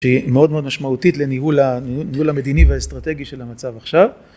שהיא מאוד מאוד משמעותית, לניהול המדיני והאסטרטגי של המצב עכשיו.